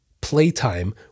playtime